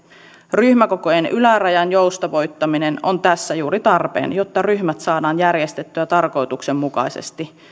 ryhmäkokojen ylärajan joustavoittaminen on tässä juuri tarpeen jotta ryhmät saadaan järjestettyä tarkoituksenmukaisesti